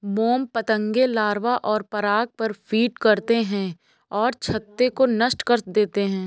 मोम पतंगे लार्वा और पराग पर फ़ीड करते हैं और छत्ते को नष्ट कर देते हैं